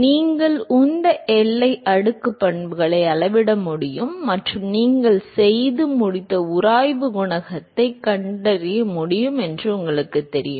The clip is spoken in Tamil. நீங்கள் உந்த எல்லை அடுக்கு பண்புகளை அளவிட முடியும் மற்றும் நீங்கள் செய்து முடித்த உராய்வு குணகத்தை கண்டறிய முடியும் என்று உங்களுக்குத் தெரியும்